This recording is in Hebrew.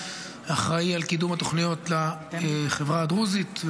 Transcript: שאחראי על קידום התוכניות לחברה הדרוזית.